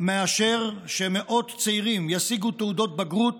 מאשר שמאות צעירים ישיגו תעודות בגרות